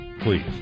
Please